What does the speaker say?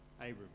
Abram